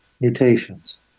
mutations